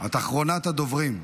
את אחרונת הדוברים.